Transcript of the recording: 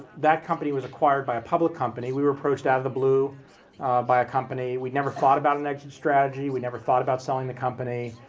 that company was acquired by a public company. we were approached out of the blue by a company. we'd never thought about an exit strategy, we never thought about selling the company